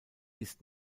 ist